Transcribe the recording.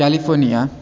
California